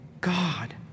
God